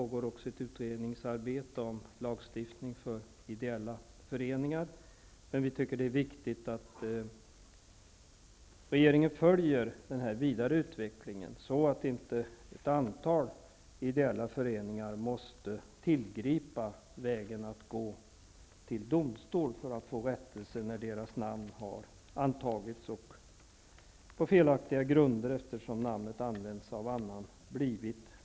Det pågår också ett utredningsarbete om lagstiftning för ideella föreningar. Vi tycker det är viktigt att regeringen följer den vidare utvecklingen så att inte ett antal idella föreningar måste tillgripa utvägen att gå till domstol för att få rättelse när deras namn har antagits på felaktiga grunder och blivit registrerat när det använts av annan.